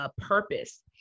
purpose